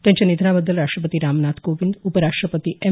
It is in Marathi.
त्यांच्या निधनाबद्दल राष्ट्रपती रामनाथ कोविंद उपराष्ट्रपती एम